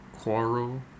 quarrel